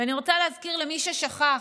ואני רוצה להזכיר, למי ששכח,